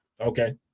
okay